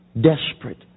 desperate